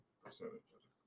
percentage